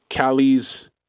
Callie's